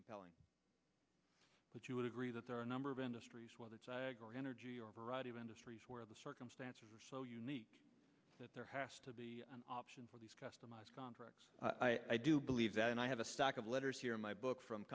compelling that you would agree that there are a number of industries where the energy or variety of industries where the circumstances are so unique that there has to be an option for these customers contract i do believe that and i have a stack of letters here in my book from